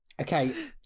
Okay